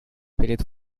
перед